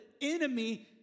enemy